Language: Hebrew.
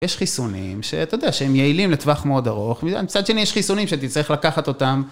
יש חיסונים, שאתה יודע שהם יעילים לטווח מאוד ארוך, מצד שני יש חיסונים שאתה צריך לקחת אותם.